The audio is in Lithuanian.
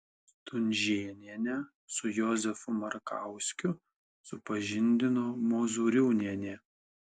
stunžėnienę su jozefu markauskiu supažindino mozūriūnienė